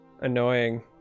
annoying